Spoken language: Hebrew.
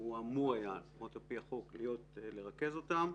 הוא אמור היה, לפחות על פי החוק, לרכז אותם.